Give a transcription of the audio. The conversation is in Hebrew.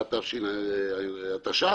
התש"ח,